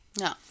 No